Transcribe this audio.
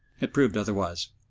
it proved otherwise.